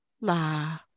la